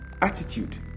Attitude